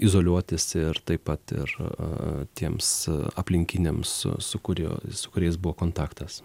izoliuotis ir taip pat ir tiems aplinkiniams su su kuriuo su kuriais buvo kontaktas